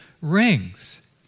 rings